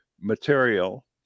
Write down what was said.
material